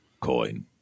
coin